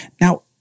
Now